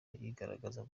yigaragaza